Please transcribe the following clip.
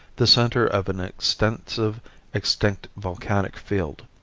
the center of an extensive extinct volcanic field.